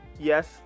yes